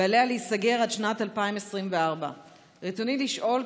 ועליה להיסגר עד שנת 2024. רצוני לשאול: